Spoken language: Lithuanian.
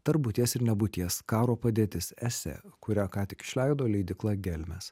tarp būties ir nebūties karo padėtis esė kurią ką tik išleido leidykla gelmės